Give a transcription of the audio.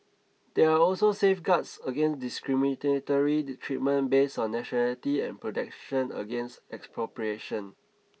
there are also safeguards against discriminatory treatment based on nationality and protection against expropriation